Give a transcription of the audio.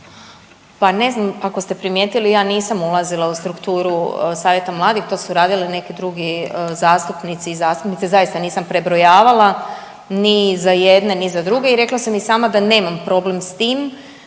Pa ne znam ako ste primijetili, ja nisam ulazila u strukturu savjeta mladih, to su radili neki drugi zastupnici i zastupnici, zaista nisam prebrojavala ni za jedne ni za druge i rekla sam i sama da nemam problem s tim